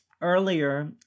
earlier